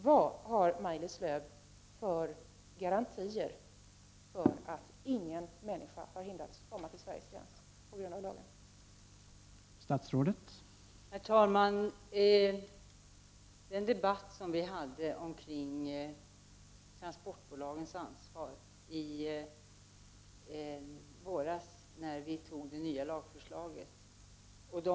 Vilka garantier har Maj-Lis Lööw för att ingen människa på grund av lagen har hindrats att komma till Sveriges gräns?